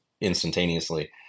instantaneously